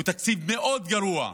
הוא תקציב מאוד גרוע.